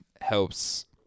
helps